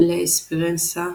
"לה איספירנסה",